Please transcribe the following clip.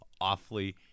awfully